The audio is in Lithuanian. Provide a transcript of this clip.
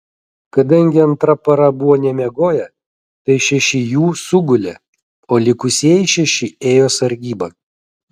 kadangi antra para buvo nemiegoję tai šeši jų sugulė o likusieji šeši ėjo sargybą